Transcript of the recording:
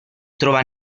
trova